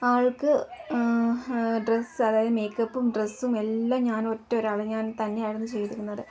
ആൾക്ക് ഡ്രസ്സ് അതായത് മേക്കപ്പും ഡ്രസ്സും എല്ലാം ഞാൻ ഒറ്റ ഒരാൾ ഞാൻ തന്നെയായിരുന്നു ചെയ്തിരുന്നത്